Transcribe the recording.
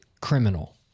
criminal